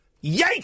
Yay